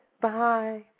Bye